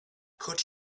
could